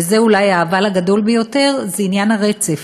וזה אולי האבל הגדול ביותר, זה עניין הרצף.